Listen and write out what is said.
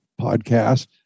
podcast